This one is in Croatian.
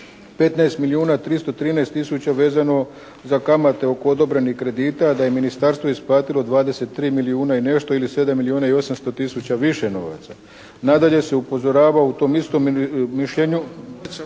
15 milijuna 313 tisuća vezano za kamate oko odobrenih kredita, da je ministarstvo isplatilo 23 milijuna i nešto ili 7 milijuna i 800 tisuća više novaca. Nadalje se upozorava u tom istom mišljenju…